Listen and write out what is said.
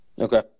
Okay